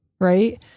Right